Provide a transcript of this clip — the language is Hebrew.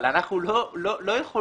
אבל אנחנו לא יכולים.